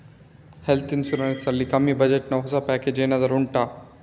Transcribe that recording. health insurance ನಲ್ಲಿ ಕಮ್ಮಿ budget ನ ಹೊಸ ಪ್ಯಾಕೇಜ್ ಏನಾದರೂ ಉಂಟಾ